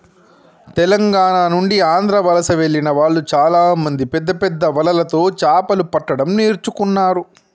తెలంగాణ నుండి ఆంధ్ర వలస వెళ్లిన వాళ్ళు చాలామంది పెద్దపెద్ద వలలతో చాపలు పట్టడం నేర్చుకున్నారు